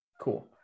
cool